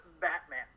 Batman